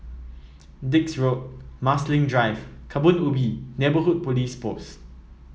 Dix Road Marsiling Drive Kebun Ubi Neighbourhood Police Post